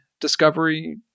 discovery